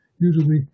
usually